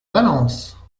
valence